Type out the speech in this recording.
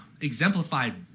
exemplified